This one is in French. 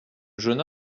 jeune